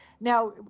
now